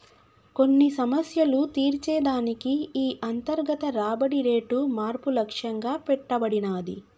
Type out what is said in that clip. కొన్ని సమస్యలు తీర్చే దానికి ఈ అంతర్గత రాబడి రేటు మార్పు లక్ష్యంగా పెట్టబడినాది